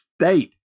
State